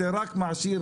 זה רק מעשיר,